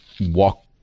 walk